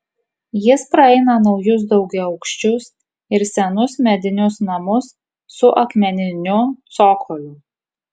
jis praeina naujus daugiaaukščius ir senus medinius namus su akmeniniu cokoliu